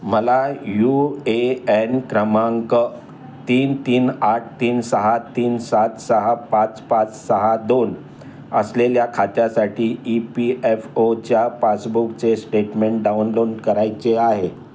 मला U A N क्रमांक तीन तीन आठ तीन सहा तीन सात सहा पाच पाच सहा दोन असलेल्या खात्यासाठी ई पी एफ ओच्या पासबुकचे स्टेटमेंट डाउनलोड करायचे आहे